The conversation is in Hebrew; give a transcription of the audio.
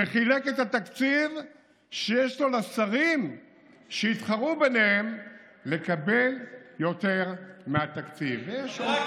"' וחילק את התקציב שיש לו לשרים שהתחרו ביניהם לקבל יותר מהתקציב'".